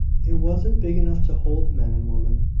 it wasn't big enough to hold men and women.